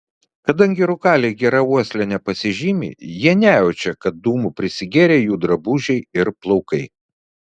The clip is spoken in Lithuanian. kadangi rūkaliai gera uosle nepasižymi jie nejaučia kad dūmų prisigėrę jų drabužiai ir plaukai